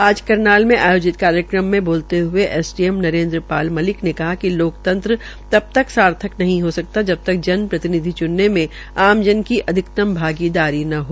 आज करनाल में आयोजित कार्यक्रम में बोते हये एसडीएम नरेन्द्र पाल मलिक ने कहा कि लोकतंत्र जब तक सार्थक नहीं हो सकता तब तक जन प्रतिनिधि च्नने में आमजन की अधिकतम भागीदारी न हो